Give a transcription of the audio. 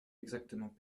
exactement